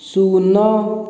ଶୂନ